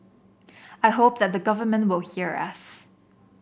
I hope that the government will hear us